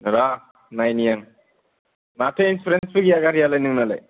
र' नायनि आं माथो इन्सुरेन्सबो गैया गारियालाय नोंनालाय